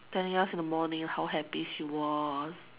telling us in the morning how happy she was